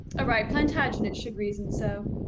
a right plantagenet should reason so.